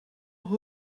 who